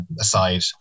Aside